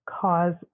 cause